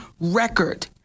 record